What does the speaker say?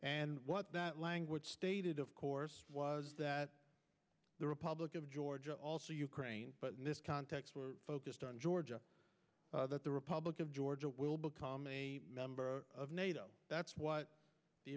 and what that language stated of course was that the republic of georgia also ukraine but in this context we're focused on georgia that the republic of georgia will become a member of nato that's what the